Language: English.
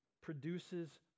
produces